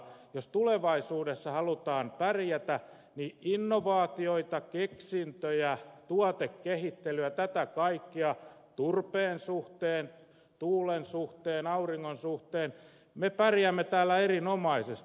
jos tulevaisuudessa halutaan pärjätä niin innovaatioita keksintöjä tuotekehittelyä tätä kaikkea turpeen suhteen tuulen suhteen auringon suhteen me pärjäämme täällä erinomaisesti